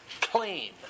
clean